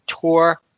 tour